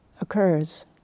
occurs